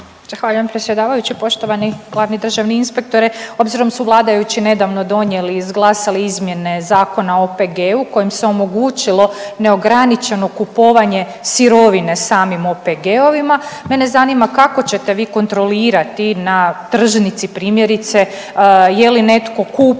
Zahvaljujem predsjedavajući. Poštovani glavni državni inspektore. Obzirom da su vladajući nedavno donijeli, izglasali izmjene Zakona o OPG-u kojim se omogućilo neograničeno kupovanje sirovine samim OPG-ovima. Mene zanima kako ćete vi kontrolirati na tržnici primjerice je li netko kupio